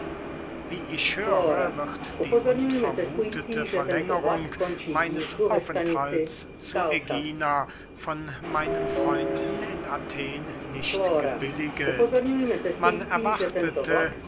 wie ich höre wird die unvermuthete verlängerung meines aufenthalts zu ägina von meinen freunden in athen nicht gebilliget man erwartete